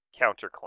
counterclaim